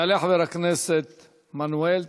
יעלה חבר הכנסת מנואל טרכטנברג,